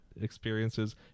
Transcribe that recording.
experiences